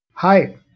Hi